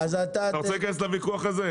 אתה רוצה להיכנס לוויכוח הזה?